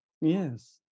yes